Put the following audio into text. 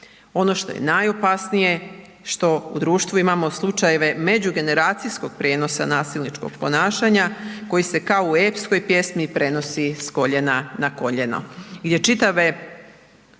Ono što je najopasnije, što u društvu imamo slučajeve međugeneracijskog prijenosa nasilničkog ponašanja koji se kao u epskoj pjesmi prenosi s koljena na koljeno,